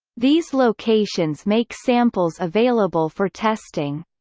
these locations make samples available for testing.